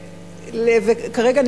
כרגע,